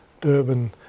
Durban